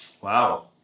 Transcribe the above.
Wow